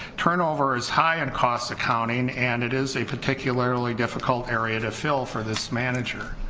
turnover is high in cost accounting, and it is a particularly difficult area to fill for this manager.